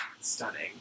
Stunning